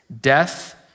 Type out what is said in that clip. death